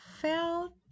felt